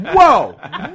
Whoa